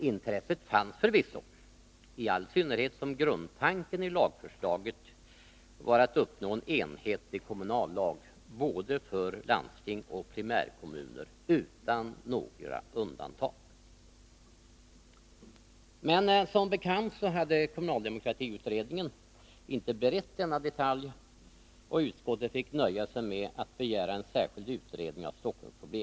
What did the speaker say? Intresset fanns förvisso, i all synnerhet som grundtanken i lagförslaget var att uppnå en enhetlig kommunallag för både landsting och primärkommuner utan några undantag. Men som bekant hade kommunaldemokratiutredningen inte berett denna detalj, och utskottet fick nöja sig med att begära en särskild utredning av problemen i Stockholm.